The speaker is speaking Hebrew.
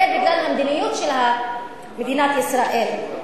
זה בגלל המדיניות של מדינת ישראל.